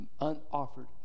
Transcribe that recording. unoffered